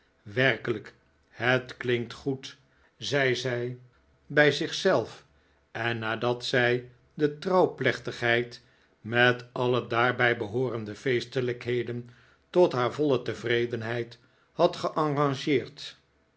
werkelijk het klinkt goed zei zij bij zich zelf en nadat zij de trouwplechtigheid met alle daarbij behoorende feestelijkheden tot haar voile tevredenheid had